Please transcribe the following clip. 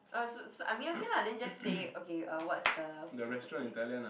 oh so so I mean okay lah then just say it okay uh what's the what's the place